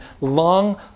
long